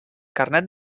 carnet